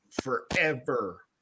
forever